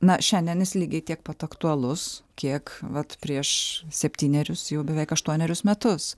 na šiandien jis lygiai tiek pat aktualus kiek vat prieš septynerius jau beveik aštuonerius metus